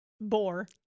boar